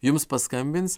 jums paskambins